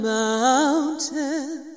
mountain